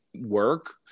work